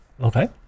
Okay